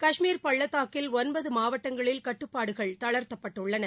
கஷ்மீர் பள்ளதாக்கின் ஒன்பது மாவட்டங்களில் கட்டுப்பாடுகள் தளர்த்தப்பட்டுள்ளன